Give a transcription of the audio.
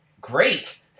Great